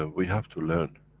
and we have to learn,